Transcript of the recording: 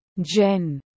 Jen